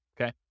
okay